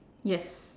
yes